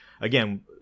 again